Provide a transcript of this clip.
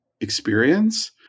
experience